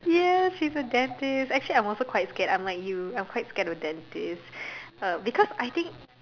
yes she's a dentist actually I'm also quite scared I'm like you I'm quite scared of dentist uh because I think